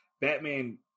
batman